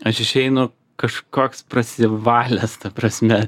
aš išeinu kažkoks prasivalęs ta prasme